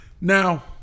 Now